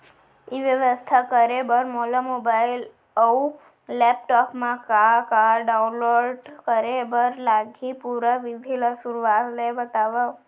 ई व्यवसाय करे बर मोला मोबाइल अऊ लैपटॉप मा का का डाऊनलोड करे बर लागही, पुरा विधि ला शुरुआत ले बतावव?